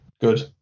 Good